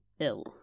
ill